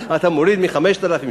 לאשתו,